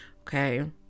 Okay